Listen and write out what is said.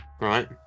right